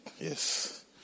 yes